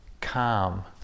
calm